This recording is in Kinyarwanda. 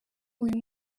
uyu